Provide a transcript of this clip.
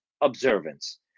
observance